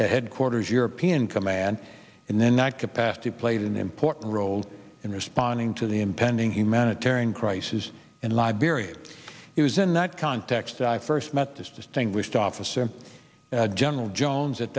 headquarters european command and then that capacity played an important role in responding to the impending humanitarian crisis in liberia it was in that context i first met this distinguished officer general jones at